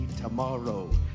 tomorrow